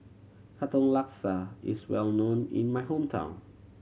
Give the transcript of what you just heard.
Katong Laksa is well known in my hometown